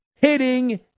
hitting